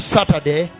Saturday